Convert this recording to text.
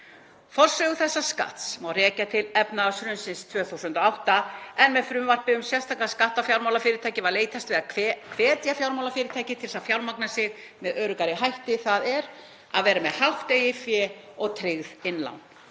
Forsögu þessa skatts má rekja til efnahagshrunsins árið 2008, en með frumvarpi um sérstakan skatt á fjármálafyrirtæki var leitast við að hvetja fjármálafyrirtæki til að fjármagna sig með öruggari hætti, þ.e. að vera með hátt eigið fé og tryggð innlán.